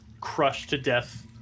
crushed-to-death